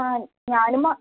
ആ ഞാനും മ